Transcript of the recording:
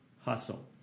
Hustle